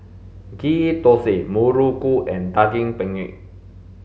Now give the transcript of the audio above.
ghee thosai muruku and daging penyet